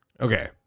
Okay